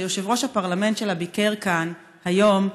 שיושב-ראש הפרלמנט שלה ביקר כאן היום,